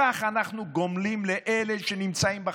כך אנחנו גומלים לאלה שנמצאים בחזית?